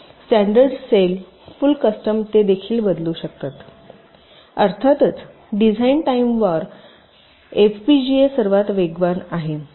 standard cell full custom ते देखील बदलू शकतात अर्थातच डिझाइन टाइम वार एफपीजीए सर्वात वेगवान आहे